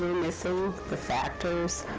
missing, the factors,